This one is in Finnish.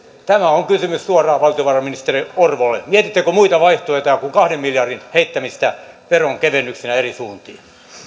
tämä on kysymys suoraan valtiovarainministeri orpolle mietittekö muita vaihtoehtoja kuin kahden miljardin heittämistä veronkevennyksinä eri suuntiin